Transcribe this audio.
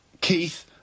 Keith